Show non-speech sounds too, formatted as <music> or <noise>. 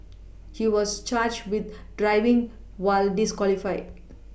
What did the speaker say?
he was charged with driving while disqualified <noise>